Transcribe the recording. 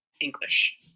english